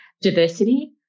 diversity